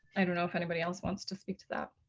i don't know if anybody else wants to speak to that.